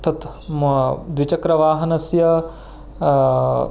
तत् मो द्विचक्रवाहनस्य